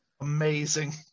amazing